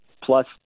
plus